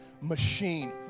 machine